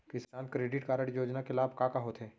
किसान credit card Yojana के लाभ का का होथे?